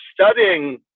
studying